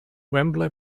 wembley